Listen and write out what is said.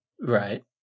Right